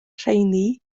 rheini